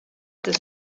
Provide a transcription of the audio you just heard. des